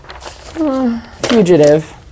Fugitive